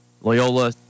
Loyola